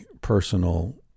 personal